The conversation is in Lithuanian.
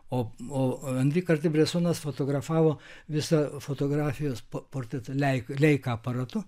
o anri kartjė bresonas fotografavo visą fotografijos po porteretą leika aparatu